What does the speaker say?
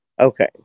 Okay